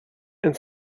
and